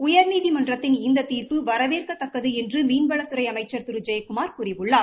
உயர்நீதிமன்றத்தின் இந்த தீர்ப்பு வரவேற்கத்தக்கது என்று மீன்வளத்துறை அமைச்சர் திரு ஜெயக்குமார் கூறியுள்ளார்